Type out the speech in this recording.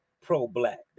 pro-black